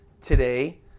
today